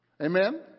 Amen